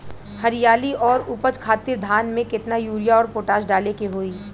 हरियाली और उपज खातिर धान में केतना यूरिया और पोटाश डाले के होई?